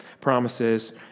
promises